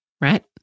Right